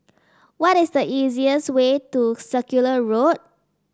what is the easiest way to Circular Road